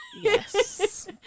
yes